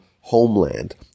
homeland